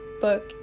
book